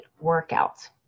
workout